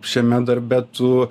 šiame darbe tu